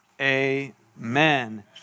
Amen